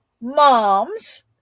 moms